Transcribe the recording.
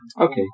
Okay